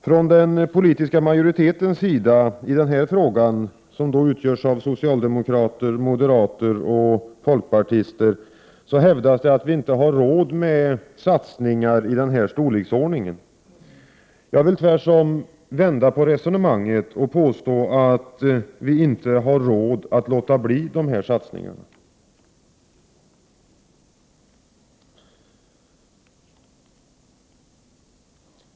Från den politiska majoritetens sida, vilken i den här frågan utgörs av socialdemokrater, moderater och folkpartister, hävdas det att vi inte har råd med satsningar i denna storleksordning. Jag vill tvärtom vända på resonemanget och påstå att vi inte har råd att låta bli dessa satsningar.